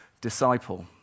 disciple